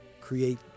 create